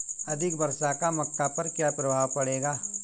अधिक वर्षा का मक्का पर क्या प्रभाव पड़ेगा?